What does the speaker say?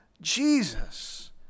Jesus